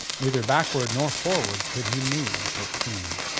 neither backward nor forward could he move, it seemed.